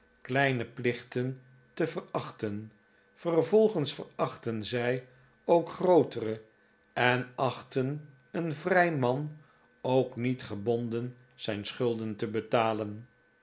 kleine plichten te verachten vervolgens verachten zij ook grootere en achten een vrij man ook niet gebonden zijn schulden te betalen